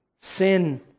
sin